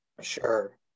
Sure